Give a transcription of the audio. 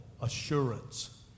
assurance